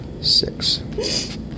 six